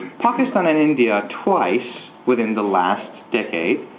pakistan and india twice within the last decade,